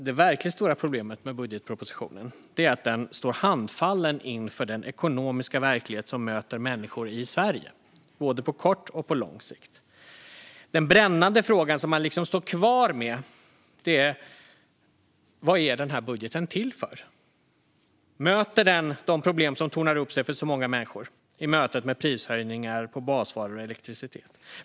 Det verkligt stora problemet med budgetpropositionen är att den står handfallen inför den ekonomiska verklighet som möter människor i Sverige, både på kort och på lång sikt. Den brännande frågan som man står kvar med är: Vad är denna budget till för? Möter den de problem som tornar upp sig för många människor i mötet med prishöjningar på basvaror och elektricitet?